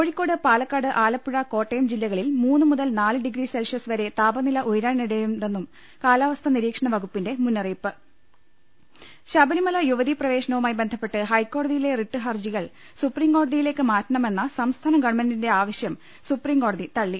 Kozhikode Palakkad Alappuzha Kottayam ജില്ലകളിൽ മൂന്ന് മുതൽ നാല് ഡിഗ്രി സെൽഷ്യസ് വരെ താപനില ഉയരാനിടയുണ്ടെന്നും കാലാവസ്ഥാ നിരീക്ഷണ വകുപ്പിന്റെ മുന്നറിയിപ്പ് ും ശബരിമല യുവതീപ്രവേശനവുമായി ബന്ധപ്പെട്ട് ഹൈക്കോടതിയിലെ റിട്ട് ഹർജികൾ സുപ്രീംകോടതിയി ലേക്ക് മാറ്റണമെന്ന സംസ്ഥാനഗവൺമെന്റിന്റെ ആവശ്യം സുപ്രീംകോടതി തള്ളി